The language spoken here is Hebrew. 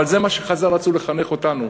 אבל זה מה שחז"ל רצו לחנך אותנו,